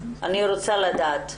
אני רוצה לדעת.